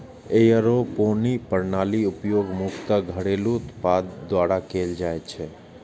aeroponic प्रणालीक उपयोग मुख्यतः घरेलू उत्पादक द्वारा कैल जाइ छै